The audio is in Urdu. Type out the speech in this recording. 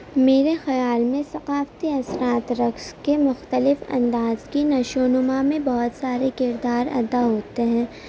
میرے خیال میں ثقافتی اثرات رقص کے مختلف انداز کی نشو و نما میں بہت سارے کردار ادا ہوتے ہیں